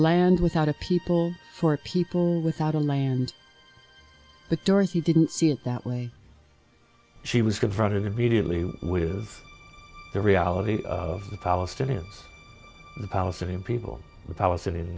land without a people for people without on land but during he didn't see it that way she was confronted immediately with the reality of the palestinians the palestinian people the palestinian